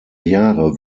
jahre